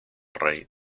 rey